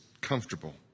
comfortable